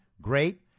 Great